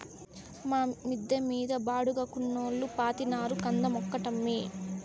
మా మిద్ద మీద బాడుగకున్నోల్లు పాతినారు కంద మొక్కటమ్మీ